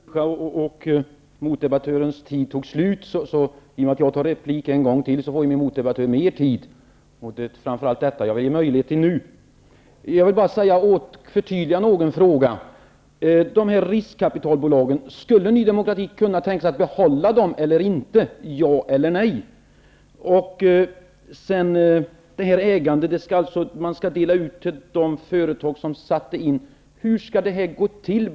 Fru talman! Eftersom jag är en ärlig människa och motdebattörens tid tog slut begärde jag replik en gång till -- då får min motdebattör mera tid till sitt förfogande, och det är framför allt det jag nu vill ge möjlighet till. Jag vill dessutom förtydliga någon fråga. Skulle Ny demokrati kunna tänka sig att behålla riskkapitalbolagen -- ja eller nej? Man skall alltså dela upp ägandet på de företag som satte in pengar, men hur skall det gå till?